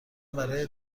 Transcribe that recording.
برای